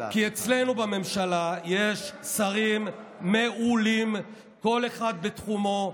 כי אצלנו בממשלה יש שרים מעולים, כל אחד בתחומו,